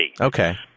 Okay